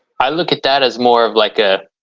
i look at that as more of like a.